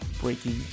Breaking